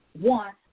one